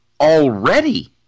already